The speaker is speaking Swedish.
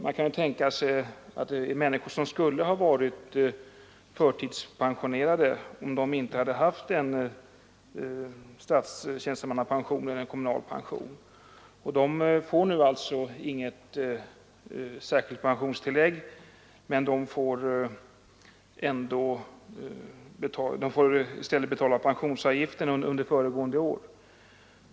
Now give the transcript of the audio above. Vi kan ju tänka på de människor som skulle ha varit förtidspensionerade om de inte haft statlig eller kommunal tjänstepension. De får nu inget särskilt pensionstillägg, men de får betala pensionsavgift för föregående år.